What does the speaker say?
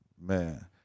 Man